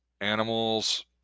Animals